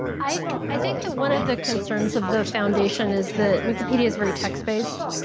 i i think that one of the concerns of the foundation is that wikipedia is very text-based,